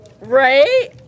Right